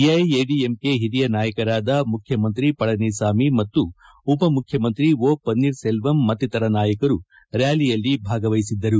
ಎಐಎಡಿಎಂಕೆ ಓರಿಯ ನಾಯಕರಾದ ಮುಖ್ಯಮಂತ್ರಿ ಪಳನಿಸಾಮಿ ಮತ್ತು ಉಪಮುಖ್ಯಮಂತ್ರಿ ಒಪನ್ನೀರ್ ಸೆಲ್ವಂ ಮತ್ತಿತರ ನಾಯಕರು ರ್ಕಾಲಿಯಲ್ಲಿ ಭಾಗವಹಿಸಿದ್ದರು